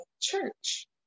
church